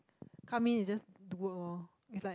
come in then just do work orh